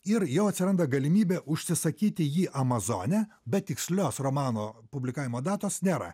ir jau atsiranda galimybė užsisakyti jį amazone bet tikslios romano publikavimo datos nėra